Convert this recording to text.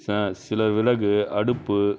சில விறகு அடுப்பு